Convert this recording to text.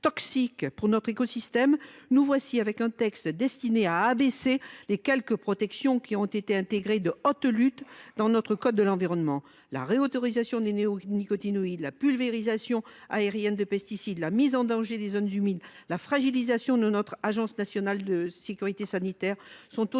pour l’écosystème, le présent texte prévoit de lever les quelques protections qui ont été intégrées de haute lutte dans notre code de l’environnement. La réautorisation des néonicotinoïdes, la pulvérisation aérienne de pesticides, la mise en danger des zones humides et la fragilisation de l’Agence nationale de sécurité sanitaire de